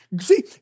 See